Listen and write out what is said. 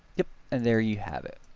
yep, and there you have it.